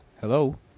Hello